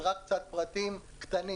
אז רק קצת פרטים קטנים.